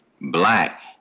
black